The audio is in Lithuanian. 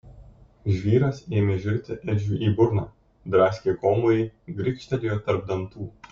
žvyras ėmė žirti edžiui į burną draskė gomurį grikštelėjo tarp dantų